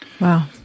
Wow